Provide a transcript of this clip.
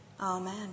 Amen